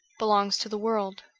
belongs to the world,